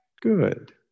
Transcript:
Good